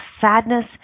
sadness